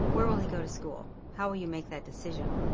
where will he go to school? how will you make that decision?